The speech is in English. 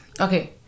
okay